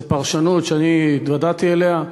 זאת פרשנות שאני התוודעתי אליה,